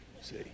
See